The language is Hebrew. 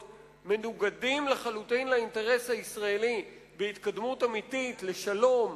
מנוגדים לחלוטין לאינטרס הישראלי בהתקדמות אמיתית לשלום,